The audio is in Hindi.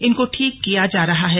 इनको ठीक किया जा रहा है